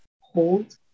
hold